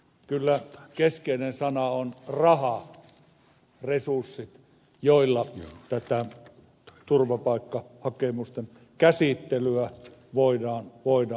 kyllä keskeinen sana on raha resurssit joilla tätä turvapaikkahakemusten käsittelyä voidaan tehostaa